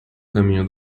caminho